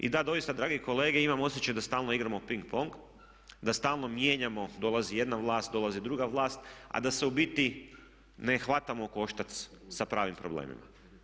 I da doista dragi kolege imam osjećaj da stalno igramo ping pong, da stalno mijenjamo, dolazi jedna vlast, dolazi druga vlat, a da se u biti ne hvatamo u koštac sa pravim problemima.